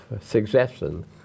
suggestion